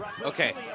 okay